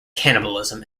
cannibalism